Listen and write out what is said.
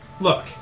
look